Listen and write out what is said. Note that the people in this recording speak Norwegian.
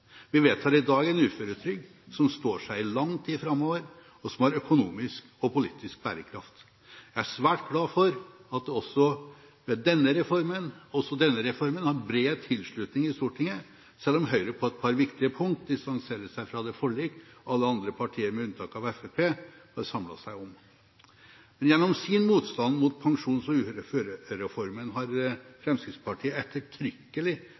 Vi vedtar i dag en uføretrygd som står seg i lang tid framover, og som har økonomisk og politisk bærekraft. Jeg er svært glad for at også denne reformen har bred tilslutning i Stortinget, selv om Høyre på et par viktige punkter distanserer seg fra det forliket alle andre partier, med unntak av Fremskrittspartiet, har samlet seg om. Gjennom sin motstand mot pensjons- og uførereformen har Fremskrittspartiet ettertrykkelig